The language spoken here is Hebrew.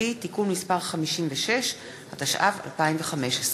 ברשות יושב-ראש הכנסת,